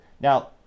Now